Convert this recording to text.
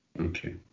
Okay